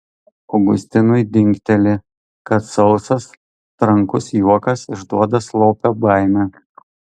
augustinui dingteli kad sausas trankus juokas išduoda slopią baimę